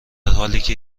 حالیکه